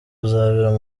uzabera